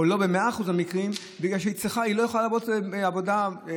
אם לא ב-100% היא לא יכולה לעבוד במשרה מלאה